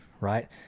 right